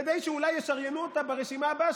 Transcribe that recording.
כדי שאולי ישריינו אותה ברשימה החדשה,